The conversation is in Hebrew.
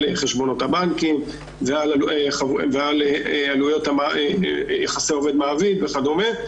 חשבונות הבנקים ועל עלויות יחסי עובד מעביד וכדומה,